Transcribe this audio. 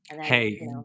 Hey